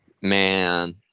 Man